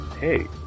hey